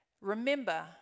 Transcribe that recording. Remember